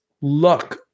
luck